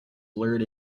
blurred